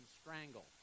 strangle